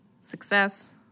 success